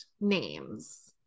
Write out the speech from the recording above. names